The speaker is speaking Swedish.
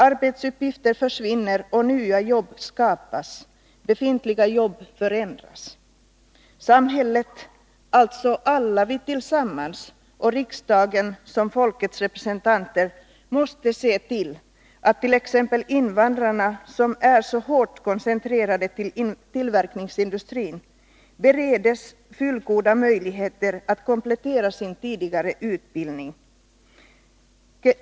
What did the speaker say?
Arbetsuppgifter försvinner, nya jobb skapas och befintliga jobb förändras. Samhället — alltså vi alla tillsammans — och riksdagen som folkets representanter måste se till att t.ex. invandrarna, som är så hårt koncentrerade till tillverkningsindustrin, bereds fullgoda möjligheter att komplettera sin tidigare utbildning.